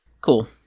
Cool